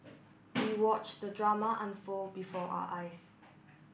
we watched the drama unfold before our eyes